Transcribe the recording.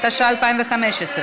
התשע"ה 2015,